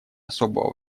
особого